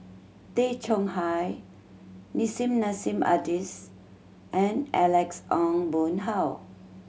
Tay Chong Hai Nissim Nassim Adis and Alex Ong Boon Hau